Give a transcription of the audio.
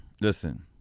listen